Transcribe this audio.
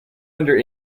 under